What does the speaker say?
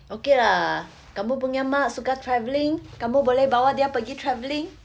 okay lah kamu punya mak suka travelling kamu boleh bawa dia pergi travelling